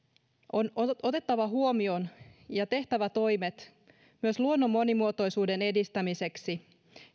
on otettava huomioon ja tehtävä toimet myös luonnon monimuotoisuuden edistämiseksi